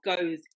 goes